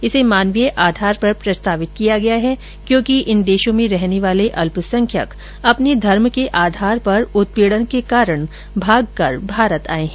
इसे मानवीय आधार पर प्रस्तावित किया गया है क्योंकि इन देशों में रहने वाले अल्पसंख्यक अपने धर्म के आधार पर उत्पीड़न के कारण भागकर भारत आए है